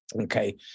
Okay